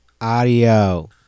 Audio